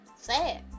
Sad